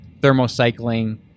thermocycling